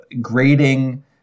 grading